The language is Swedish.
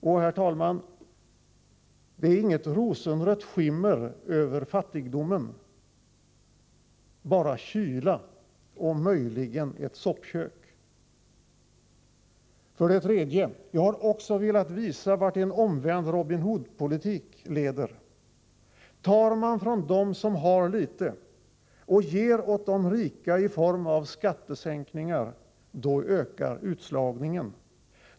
Och, herr talman, det är inget rosenrött skimmer över fattigdomen — bara kyla, och möjligen ett soppkök. 3. Jag har också velat visa vart en omvänd Robin Hood-politik leder. Tar man från dem som har litet och ger åt de rika i form av skattesänkningar, då ökar utslagningen.